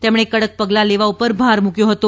તેમણે કડક પગલાં લેવા પર ભાર મૂકયો હતો